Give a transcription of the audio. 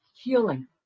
healing